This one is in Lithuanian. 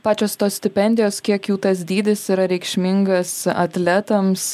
pačios tos stipendijos kiek jų tas dydis yra reikšmingas atletams